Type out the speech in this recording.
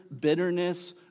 bitterness